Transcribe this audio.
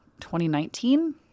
2019